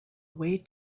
way